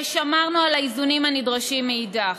ושמרנו על האיזונים הנדרשים מאידך.